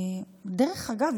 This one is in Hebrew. דרך אגב,